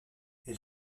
elle